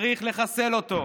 צריך לחסל אותו.